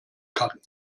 kann